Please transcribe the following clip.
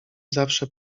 zawsze